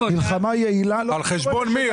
על חשבון מי?